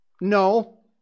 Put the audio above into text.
No